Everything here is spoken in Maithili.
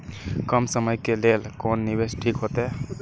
कम समय के लेल कोन निवेश ठीक होते?